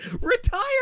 Retire